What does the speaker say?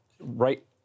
right